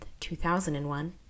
2001